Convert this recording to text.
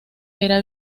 era